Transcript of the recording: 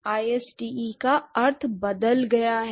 Iste का अर्थ बदल गया है